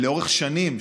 ולאורך שנים,